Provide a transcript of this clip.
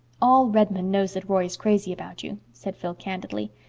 all redmond knows that roy is crazy about you, said phil candidly.